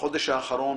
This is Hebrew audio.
ובחודש האחרון